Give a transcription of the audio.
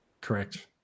correct